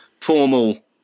formal